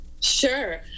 Sure